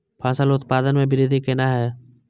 फसल उत्पादन में वृद्धि केना हैं?